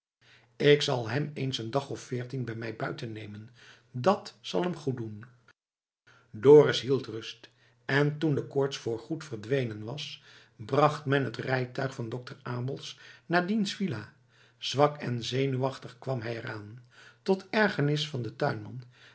ik zal hem eens een dag of veertien bij mij buiten nemen dat zal hem goeddoen dorus hield rust en toen de koorts voorgoed verdwenen was bracht hem het rijtuig van dokter abels naar diens villa zwak en zenuwachtig kwam hij er aan tot ergenis van den tuinman